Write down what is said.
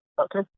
Okay